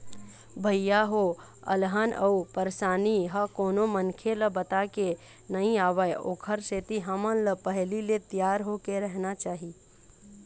भइया हो अलहन अउ परसानी ह कोनो मनखे ल बताके नइ आवय ओखर सेती हमन ल पहिली ले तियार होके रहना चाही